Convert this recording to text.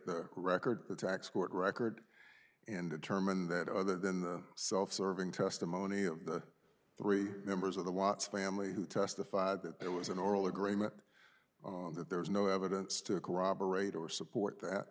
the record the tax court record and determine that other than the self serving testimony of the three members of the watts family who testified that there was an oral agreement on that there was no evidence to corroborate or support that